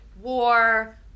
war